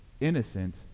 Innocent